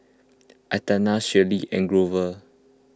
Athena Shirlee and Grover